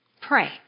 pray